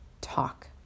Talk